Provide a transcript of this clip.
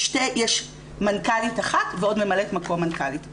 יש מנכ"לית אחת ועוד ממלאת מקום מנכ"לית.